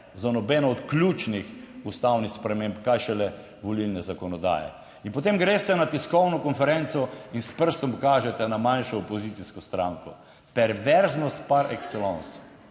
za nobeno od ključnih ustavnih sprememb, kaj šele volilne zakonodaje in potem greste na tiskovno konferenco in s prstom kažete na manjšo opozicijsko stranko. Perverznost par excellence,